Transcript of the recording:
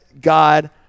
God